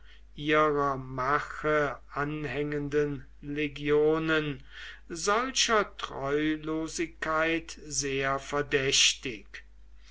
ihrer mache anhängenden legionen solcher treulosigkeit sehr verdächtig